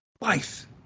life